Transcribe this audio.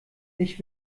ich